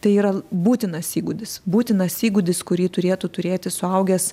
tai yra būtinas įgūdis būtinas įgūdis kurį turėtų turėti suaugęs